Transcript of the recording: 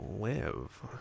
live